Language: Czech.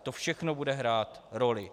To všechno bude hrát roli.